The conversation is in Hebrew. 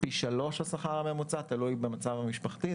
פי שלושה מן השכר הממוצע, תלוי במצב המשפחתי.